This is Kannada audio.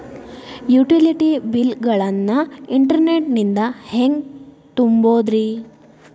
ಯುಟಿಲಿಟಿ ಬಿಲ್ ಗಳನ್ನ ಇಂಟರ್ನೆಟ್ ನಿಂದ ಹೆಂಗ್ ತುಂಬೋದುರಿ?